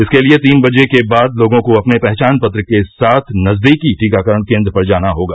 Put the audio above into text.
इसके लिए तीन बजे के बाद लोगों को अपने पहचानपत्र के साथ नजदीकी टीकाकरण केंद्र पर जाना होगा